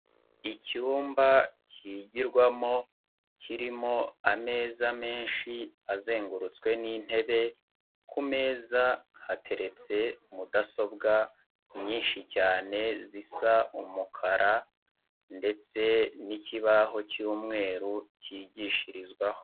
Icyumba kigirwamo, kirimo ameza menshi azengurutswe n'intebe, ku meza hateretse mudasobwa nyinshi cyane zisa umukara ndetse n'ikibaho cy'umweru, cyigishirizwaho.